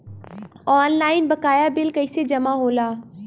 Online बकाया bill कैसे जमा होला?